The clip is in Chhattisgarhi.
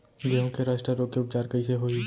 गेहूँ के रस्ट रोग के उपचार कइसे होही?